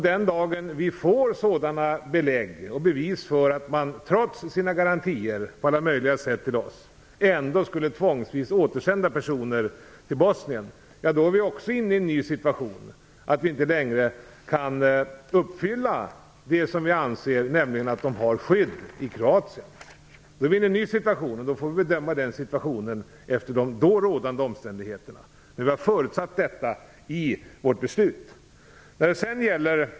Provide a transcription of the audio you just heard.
Den dagen vi får belägg/bevis för att man trots sina garantier på alla möjliga sätt till oss ändå skulle tvångsvis återsända personer till Bosnien är vi inne i en ny situation där vi inte längre kan uppfylla att de har skydd i Kroatien. Det blir då alltså en ny situation, som vi får bedöma efter de då rådande omständigheterna. Vi har förutsatt detta i vårt beslut.